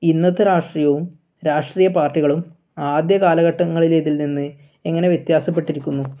ഇന്നത്തെ രാഷ്ട്രീയവും രാഷ്ട്രീയ പാർട്ടികളും ആദ്യകാലഘട്ടങ്ങളേതിൽ നിന്ന് എങ്ങനെ വ്യത്യാസപ്പെട്ടിരിക്കുന്നു